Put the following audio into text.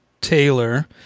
Taylor